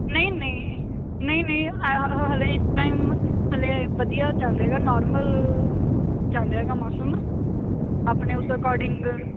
ਨਹੀਂ ਨਹੀਂ ਨਹੀਂ ਨਹੀਂ ਹ ਹਲੇ ਇਸ ਟਾਈਮ ਹਾਲੇ ਵਧੀਆ ਚੱਲ ਰਿਹਾ ਗਾ ਨੋਰਮਲ ਚੱਲ ਰਿਹਾ ਗਾ ਮੌਸਮ ਆਪਣੇ ਉਸ ਅਕੋਰਡਿੰਗ